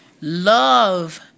Love